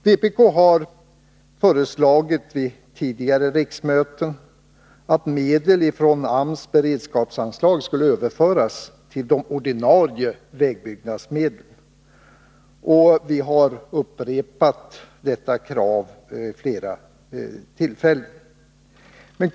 Vpk har föreslagit vid tidigare riksmöten att medel från AMS beredskapsanslag skulle överföras till de ordinarie vägbyggnadsmedlen. Vi har upprepat detta krav vid flera tillfällen.